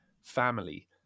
family